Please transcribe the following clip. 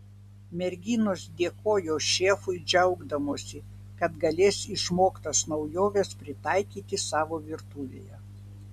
merginos dėkojo šefui džiaugdamosi kad galės išmoktas naujoves pritaikyti savo virtuvėje